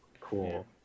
cool